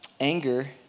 Anger